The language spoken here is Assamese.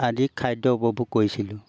আদি খাদ্য উপভোগ কৰিছিলোঁ